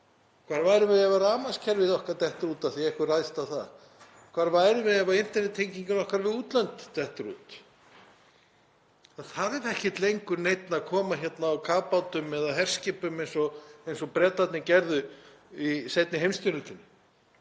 Hvar værum við ef rafmagnskerfið okkar dytti út af því að einhver réðist á það? Hvar værum við ef internettengingar okkar við útlönd dyttu út? Það þarf ekki lengur neinn að koma hingað á kafbátum eða herskipum eins og Bretarnir gerðu í seinni heimsstyrjöldinni.